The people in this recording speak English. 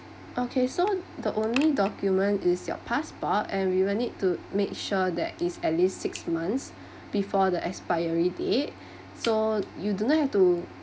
okay so the only document is your passport and we will need to make sure that it's at least six months before the expiry date so you do not have to